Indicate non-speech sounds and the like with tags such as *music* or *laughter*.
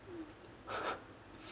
*laughs*